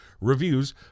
reviews